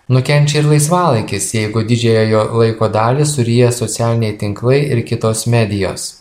nukenčia ir laisvalaikis jeigu didžiąją jo laiko dalį suryja socialiniai tinklai ir kitos medijos